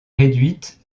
réduite